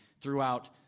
throughout